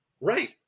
right